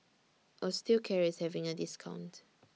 Osteocare IS having A discount